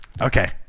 okay